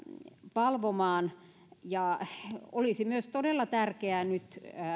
valvomaan olisi myös todella tärkeää nyt